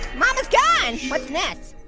mama's gone, what's in this?